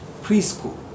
Preschool